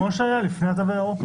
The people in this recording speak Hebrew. כמו שהיה לפני התו הירוק.